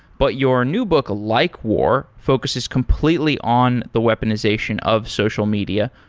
but your new book likewar focuses completely on the weaponization of social media.